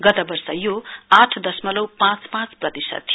गत वर्ष यो आठ दशमलउ पाँच पाँच प्रतिशत थियो